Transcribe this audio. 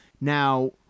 Now